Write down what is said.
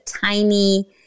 tiny